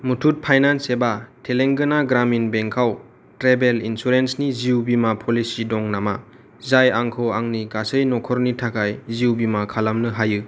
Muthoot finance एबा तेलांगाना ग्रामिन बेंकआव travel इन्सुरेन्सनि जिउ बीमा प'लिसि दं नामा जाय आंखौ आंनि गासै नखरनि थाखाय जिउ बीमा खालामनो होयो